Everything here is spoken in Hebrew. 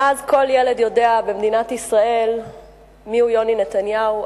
מאז יודע כל ילד במדינת ישראל מיהו יוני נתניהו,